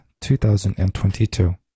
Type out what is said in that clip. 2022